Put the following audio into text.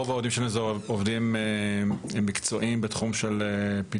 רוב העובדים שלנו הם עובדים מקצועיים בתחום פיתוח,